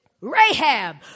Rahab